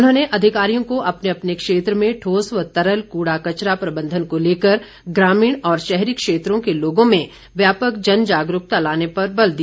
उन्होंने अधिकारियों को अपने अपने क्षेत्र में ठोस व तरल कूड़ा कचरा प्रबंधन को लेकर ग्रामीण और शहरी क्षेत्रों के लोगों में व्यापक जन जागरूकता लाने पर बल दिया